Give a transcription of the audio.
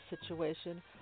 situation